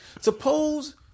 Suppose